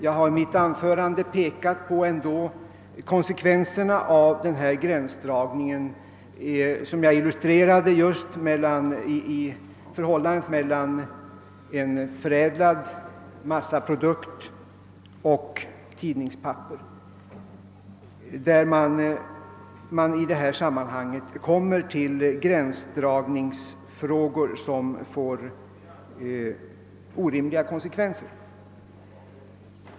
Jag har i mitt anförande pekat på konsekvenserna av denna gränsdragning, som jag illustrerade just med förhållandet mellan en förädlad massaprodukt och tidningspapper. Där kommer man till gränsdragningsproblem med orimliga konsekvenser.